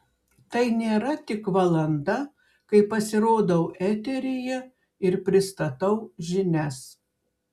tai nėra tik valanda kai pasirodau eteryje ir pristatau žinias